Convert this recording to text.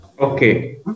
Okay